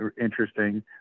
interesting